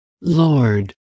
Lord